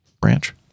branch